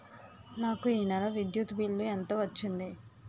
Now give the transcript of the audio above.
నాకు ఈ నెల విద్యుత్ బిల్లు ఎంత వచ్చింది?